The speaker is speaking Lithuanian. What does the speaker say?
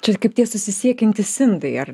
čia kaip tie susisiekiantys indai ar